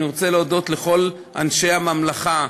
אני רוצה להודות לכל אנשי הממלכה,